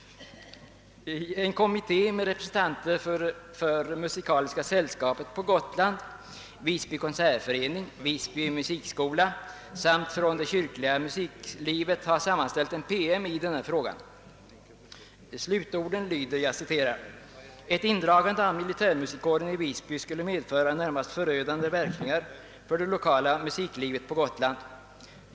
En kommitté med representanter för Musikaliska sällskapet på Gotland, Visby konsertförening, Visby musikskola samt det kyrkliga musiklivet har sammanställt en PM i denna fråga. Slutorden lyder: »Ett indragande av militärmusikkåren i Visby skulle medföra närmast förödande verkningar för det lokala musiklivet på Gotland.